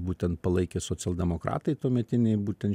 būtent palaikė socialdemokratai tuometiniai būtent